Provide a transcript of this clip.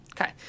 Okay